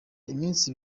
iminsi